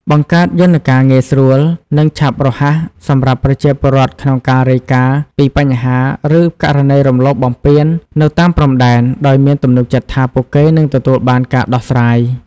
បង្កើតយន្តការងាយស្រួល និងឆាប់រហ័សសម្រាប់ប្រជាពលរដ្ឋក្នុងការរាយការណ៍ពីបញ្ហា ឬករណីរំលោភបំពាននៅតាមព្រំដែន ដោយមានទំនុកចិត្តថាពួកគេនឹងទទួលបានការដោះស្រាយ។